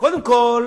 קודם כול